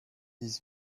dix